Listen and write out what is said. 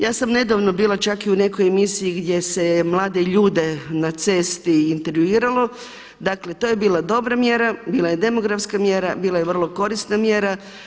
Ja sam nedavno bila čak i u nekoj emisiji gdje se je mlade ljude na cesti intervjuiralo, dakle to je bila dobra mjera, bila je demografska mjera, bila je vrlo korisna mjera.